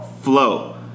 flow